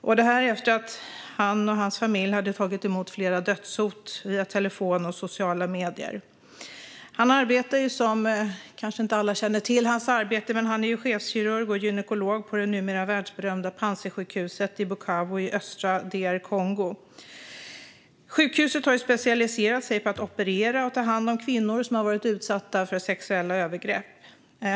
Detta var efter att han och hans familj tagit emot flera dödshot via telefon och sociala medier. Alla kanske inte känner till Mukweges arbete, men han är chefskirurg och gynekolog på det numera världsberömda Panzisjukhuset i Bukavu i östra DR Kongo. Sjukhuset har specialiserat sig på att operera och ta hand om kvinnor som varit utsatta för sexuella övergrepp.